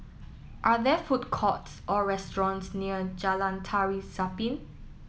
are there food courts or restaurants near Jalan Tari Zapin